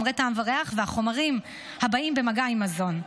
חומרי טעם וריח וחומרים הבאים במגע עם מזון.